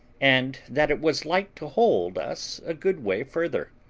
and that it was like to hold us a good way further.